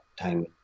time